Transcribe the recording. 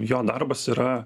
jo darbas yra